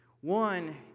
One